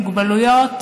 מוגבלויות.